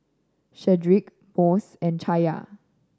Shedrick Mose and Chaya